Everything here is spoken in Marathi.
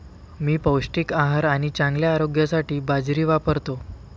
मी पौष्टिक आहार आणि चांगल्या आरोग्यासाठी बाजरी वापरतो